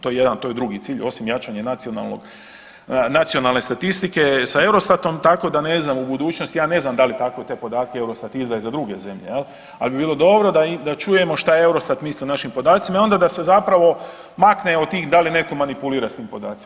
To je jedan to je drugi cilj osim jačanja nacionalne statistike sa EUROSTATOM tako da ne znam u budućnosti ja ne znam da li tako te podatke EUROSTAT izdaje za druge zemlje, ali bi bilo dobro da čujemo što EUROSTAT misli o našim podacima i onda da se zapravo makne od tih da li netko manipulira s tim podacima.